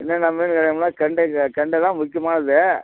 என்னென்னா மீன் கிடைக்கும்ன்னா கெண்டை கெண்டைதான் முக்கியமாக இருக்குது